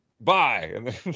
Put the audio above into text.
Bye